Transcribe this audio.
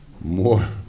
more